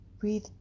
breathe